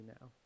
now